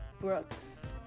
Brooks